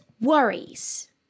worries